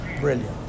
Brilliant